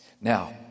Now